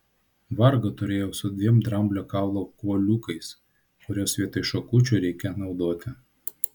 vargo turėjau su dviem dramblio kaulo kuoliukais kuriuos vietoj šakučių reikia naudoti